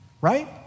Right